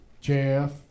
Jeff